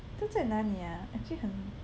这个在哪里啊 actually 很